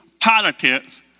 politics